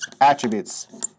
attributes